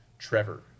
Trevor